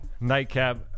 Nightcap